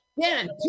Dan